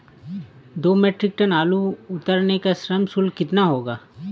दो metric ton आलू उतारने का श्रम शुल्क कितना होगा?